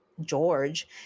George